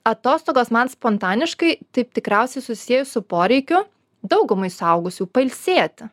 atostogos man spontaniškai taip tikriausiai susiejus su poreikiu daugumai suaugusių pailsėti